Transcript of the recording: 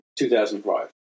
2005